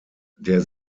der